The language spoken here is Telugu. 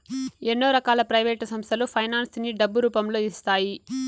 ఎన్నో రకాల ప్రైవేట్ సంస్థలు ఫైనాన్స్ ని డబ్బు రూపంలో ఇస్తాయి